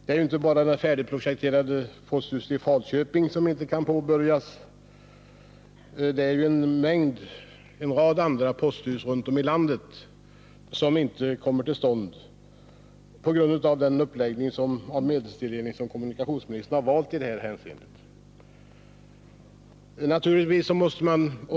Det är ju inte bara det färdigprojekterade posthuset i Falköping som inte kan påbörjas. En rad andra posthus runt om i landet kommer inte till stånd på grund av den uppläggning när det gäller medelstilldelningen som kommunikationsministern har valt i det här avseendet.